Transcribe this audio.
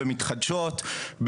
במתחדשות,